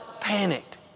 panicked